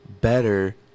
better